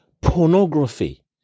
Pornography